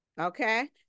Okay